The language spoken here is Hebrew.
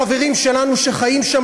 החברים שלנו שחיים שם,